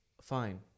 fine